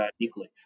equally